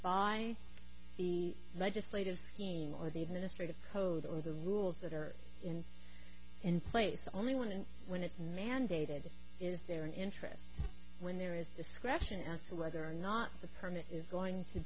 by the legislative scheme or the administrators code or the rules that are in in place only one and when it's mandated is there an interest when there is discretion as to whether or not the permit is going to